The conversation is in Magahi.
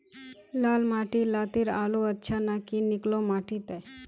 लाल माटी लात्तिर आलूर अच्छा ना की निकलो माटी त?